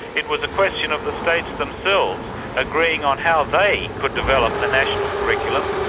it was a question of the states themselves agreeing on how they could develop a national curriculum.